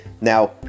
Now